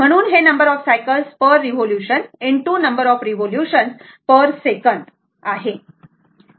म्हणून हे number of cycles per revolution ✖ number of revolution per second आहे